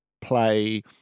play